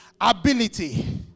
ability